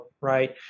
right